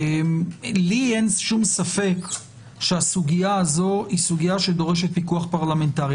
לי אין שום ספק שהסוגיה הזאת היא סוגיה שדורשת פיקוח פרלמנטרי.